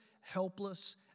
helpless